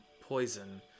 poison